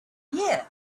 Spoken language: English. year